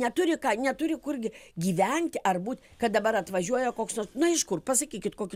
neturi ką neturi kurgi gyventi ar būt kad dabar atvažiuoja koks nors na iš kur pasakykit kokį